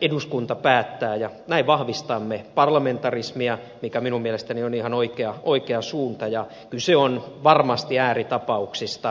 eduskunta päättää ja näin vahvistamme parlamentarismia mikä minun mielestäni on ihan oikea suunta ja kyse on varmasti ääritapauksista